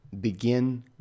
Begin